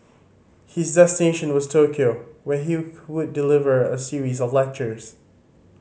his destination was Tokyo where he would deliver a series of lectures